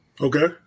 Okay